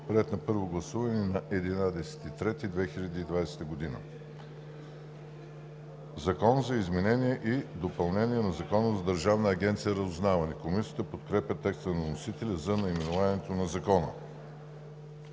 приет на първо гласуване на 11.03.2020 г. „Закон за изменение и допълнение на Закона за Държавна агенция „Разузнаване“.“ Комисията подкрепя текста на вносителя за наименованието на закона.